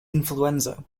influenza